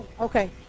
Okay